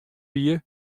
wie